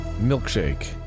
Milkshake